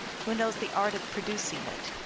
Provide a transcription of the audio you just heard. who knows the art of pro ducing it.